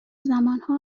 زمانها